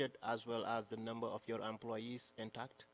budget as well as the number of your employees intact